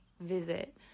visit